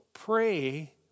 Pray